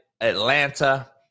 Atlanta